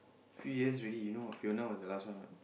few years already you know what Fiona was the last one what